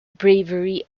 bravery